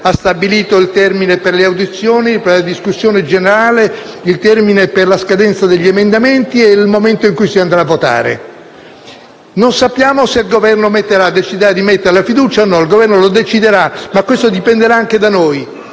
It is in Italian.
ha stabilito il termine per le audizioni, per la discussione generale, per la presentazione degli emendamenti e il momento in cui si andrà a votare. Non sappiamo se il Governo deciderà di apporre la questione di fiducia o no; il Governo lo deciderà, ma questo dipenderà anche da noi,